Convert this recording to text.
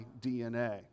DNA